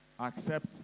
Accept